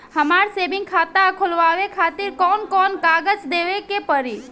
हमार सेविंग खाता खोलवावे खातिर कौन कौन कागज देवे के पड़ी?